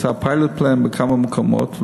הוא עשה pilot plan בכמה מקומות,